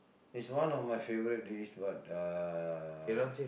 is one of my favourite dish but uh